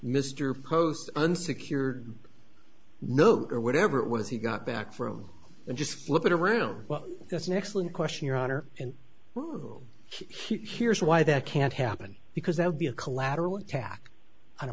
mr post unsecured note or whatever it was he got back from and just flip it around well that's an excellent question your honor and he here's why that can't happen because that would be a collateral attack on a